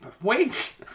wait